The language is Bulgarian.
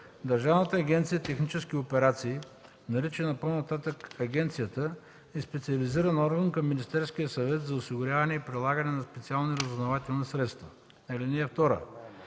Държавна агенция „Технически операции”, наричана по-нататък „агенцията”, е специализиран орган към Министерския съвет за осигуряване и прилагане на специалните разузнавателни средства. (2) Държавна